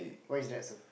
why is that so